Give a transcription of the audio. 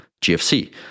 gfc